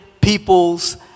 peoples